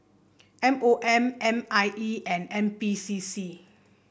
M O M N I E and N P C C